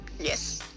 Yes